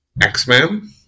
X-Men